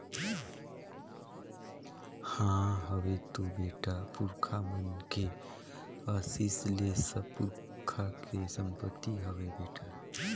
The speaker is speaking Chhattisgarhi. हां हवे तो बेटा, पुरखा मन के असीस ले सब पुरखा के संपति हवे बेटा